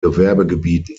gewerbegebieten